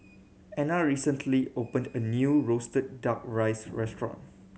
Ena recently opened a new roasted Duck Rice restaurant